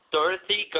Dorothy